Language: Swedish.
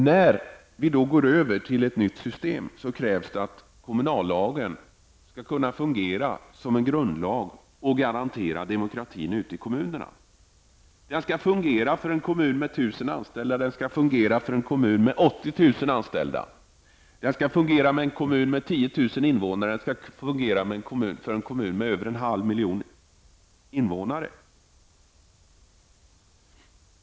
När vi går över till ett nytt system måste kommunallagen kunna fungera som en grundlag. Den måste kunna garantera demokratin ute i kommunerna. Kommunallagen skall fungera såväl för en kommun med 1 000 anställda som för en kommun med 80 000 anställda. Den skall fungera såväl för en kommun med 10 000 invånare som för en kommun med över en halv miljon invånare.